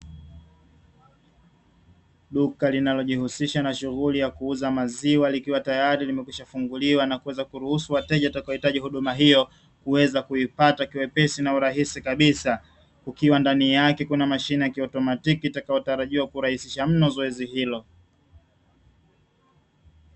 Duka linalojihusiha na shughuli ya kuuza maziwa likiwa tayari limekwisha funguliwa, na kuweza kuruhusu wateja watakao hitaji huduma hiyo kuweza kuipata kiwepesi na urahisi kabisa, kukiwa ndani yake kuna mashine ya kiautomatiki itakayo tarajiwa kurahisisha mno zoezi hilo.